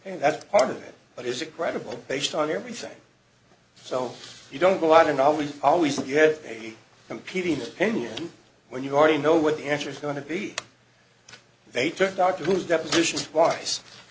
and that's part of it but is it credible based on everything so you don't go out and always always that you had a competing opinion when you already know what the answer is going to be they took dr who's depositions